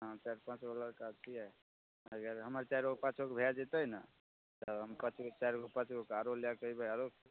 हँ चारि पाँच गो लड़का छियै अगर हमर चारिओ पाँचोके भए जेतै ने तऽ हम पाँचगो चारिगो पाँचगोके आरो लैके एबै आरो